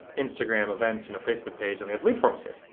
instagram, events, you know, facebook page, and we have lead forms here.